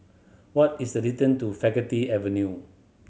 what is the distance to Faculty Avenue